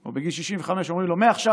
או בגיל 65 אומרים לו: מעכשיו,